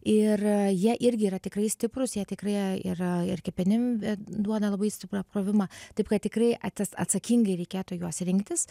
ir jie irgi yra tikrai stiprūs jie tikrai yra ir kepenim duoda labai stiprų apkrovimą taip kad tikrai at atsakingai reikėtų juos rinktis